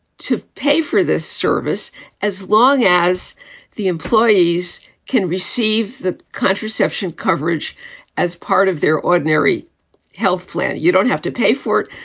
to pay for this service as long as the employees can receive the contraception coverage as part of their ordinary health plan. you don't have to pay for it.